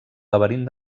laberint